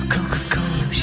Coca-Cola